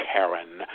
Karen